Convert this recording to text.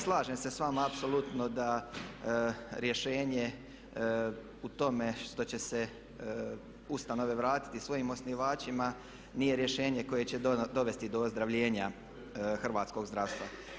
Slažem se s vama apsolutno da rješenje u tome što će se ustanove vratiti svojim osnivačima nije rješenje koje će dovesti do ozdravljenja hrvatskog zdravstva.